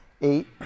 eight